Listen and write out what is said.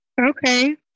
Okay